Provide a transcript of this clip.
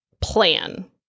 plan